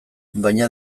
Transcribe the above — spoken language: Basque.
baina